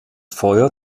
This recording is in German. feuer